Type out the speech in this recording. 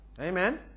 Amen